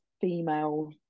female